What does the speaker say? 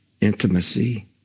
Intimacy